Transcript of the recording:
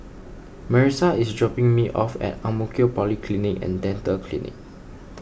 Marissa is dropping me off at Ang Mo Kio Polyclinic and Dental Clinic